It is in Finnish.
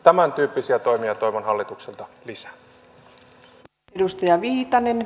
tämäntyyppisiä toimia toivon hallitukselta lisää